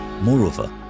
Moreover